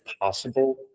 possible